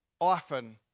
often